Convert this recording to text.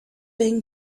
been